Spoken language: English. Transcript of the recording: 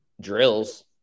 drills